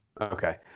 Okay